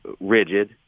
rigid